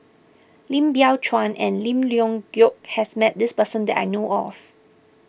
Lim Biow Chuan and Lim Leong Geok has met this person that I know of